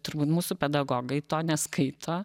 turbūt mūsų pedagogai to neskaito